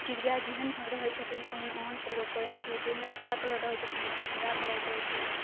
चिड़िया जेहन रहैत छथिन ओहिमे ओहन प्रयोग करैत छी जाहिमे भूरा कलर रहैत छथिन ओहिमे भूरा कलर करैत छी